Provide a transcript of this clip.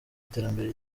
iterambere